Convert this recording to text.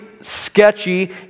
sketchy